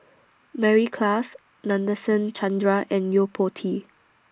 Mary Klass Nadasen Chandra and Yo Po Tee